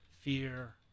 fear